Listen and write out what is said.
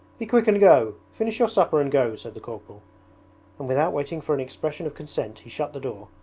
be quick and go! finish your supper and go said the corporal and without waiting for an expression of consent he shut the door,